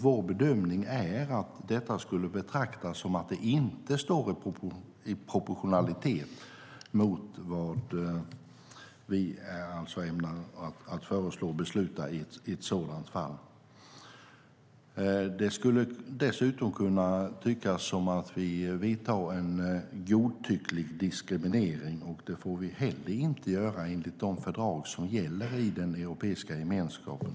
Vår bedömning är att detta skulle betraktas som att det inte står i proportionalitet mot vad vi ämnar föreslå och besluta i ett sådant fall. Det skulle dessutom kunna tyckas som att vi vidtar en godtycklig diskriminering, och det får vi heller inte göra enligt de fördrag som gäller i den europeiska gemenskapen.